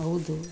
ಹೌದು